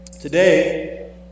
Today